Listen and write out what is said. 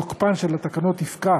תוקפן של התקנות יפקע